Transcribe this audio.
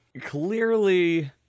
Clearly